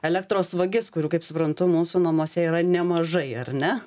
elektros vagis kurių kaip suprantu mūsų namuose yra nemažai ar ne